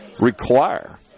require